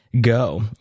go